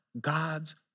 God's